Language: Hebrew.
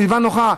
סביבה נוחה,